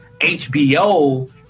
HBO